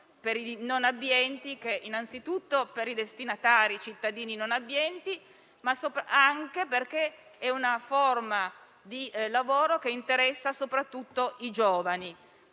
patrocinio e questo innanzitutto per i destinatari, i cittadini non abbienti, ma anche perché è una forma di lavoro che interessa soprattutto i giovani.